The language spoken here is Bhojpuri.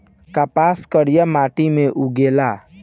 कपास करिया माटी मे उगेला